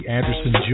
Anderson